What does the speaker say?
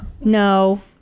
No